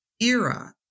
era